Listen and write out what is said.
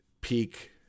Peak